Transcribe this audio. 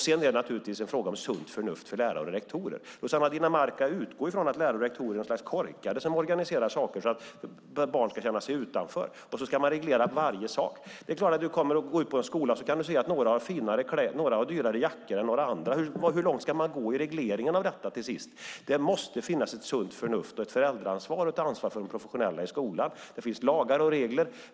Sedan är det naturligtvis en fråga om sunt förnuft hos lärare och rektorer. Rossana Dinamarca utgår från att lärare och rektorer är något slags korkade personer som organiserar saker så att barn ska känna sig utanför, och så vill hon reglera varje sak. Går du ut på en skola kan du se att några har dyrare jackor än andra. Hur långt ska man gå i regleringen av detta? Det måste finnas ett sunt förnuft, ett föräldraansvar och ett ansvar från de professionella i skolan. Det finns lagar och regler.